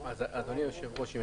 אז אדוני היושב-ראש, אם אפשר?